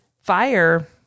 fire